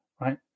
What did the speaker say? right